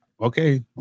okay